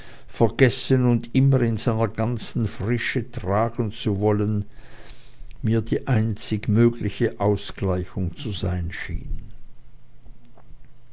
vergessen und immer in seiner ganzen frische tragen zu wollen mir die einzig mögliche ausgleichung zu sein schien